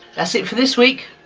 that's it for this week.